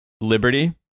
Liberty